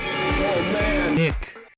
Nick